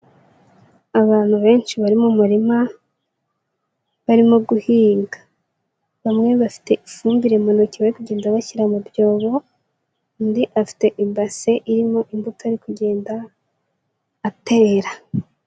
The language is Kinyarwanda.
Abantu benshi bari mu murima barimo guhinga, bamwe bafite ifumbire mu ntoki bari kugenda bashyira mu byobo, undi afite ibase irimo imbuto ari kugenda atera.